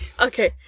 okay